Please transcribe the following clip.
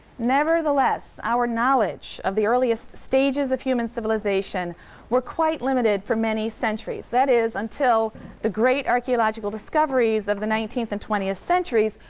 nevertheless, our knowledge of the earliest stages of human civilization was quite limited for many centuries. that is, until the great archaeological discoveries of the nineteenth and twentieth centuries,